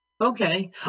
Okay